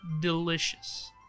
delicious